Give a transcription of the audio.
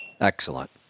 Excellent